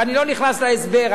ואני לא נכנס להסבר.